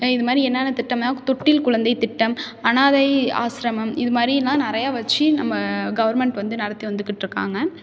இது மாதிரி என்னென்ன திட்டம்னால் தொட்டில் குழந்தைத் திட்டம் அனாதை ஆஸிரமம் இது மாதிரில்லாம் நிறையா வச்சு நம்ம கவர்மெண்ட் வந்து நடத்தி வந்துக்கிட்டிருக்காங்க